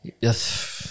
yes